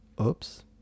Oops